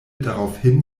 daraufhin